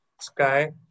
Sky